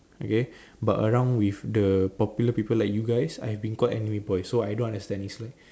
okay but around with the popular people like you guys I've been called anime boys so I don't understand is like